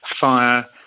fire